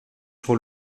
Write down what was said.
trop